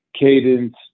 cadence